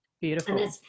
beautiful